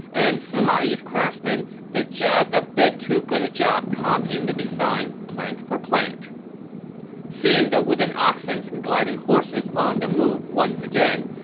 and sima yi's craftsmen did just a bit too fine job copying the design plank for plank seeing the wooden oxens and gliding horses on the move once again,